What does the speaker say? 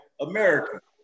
America